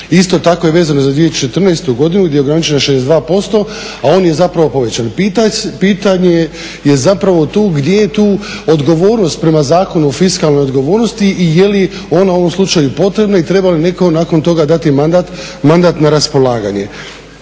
Isto tako je vezano za 2014. godinu gdje je ograničen na 62%, a on je zapravo povećan. Pitanje je zapravo tu gdje je tu odgovornost prema Zakonu o fiskalnoj odgovornosti i je li ono u ovom slučaju potrebno i treba li netko nakon toga dati mandat na raspolaganje?